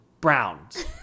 Browns